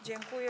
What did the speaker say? Dziękuję.